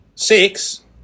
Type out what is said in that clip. Six